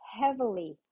heavily